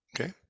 Okay